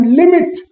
limit